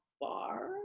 bar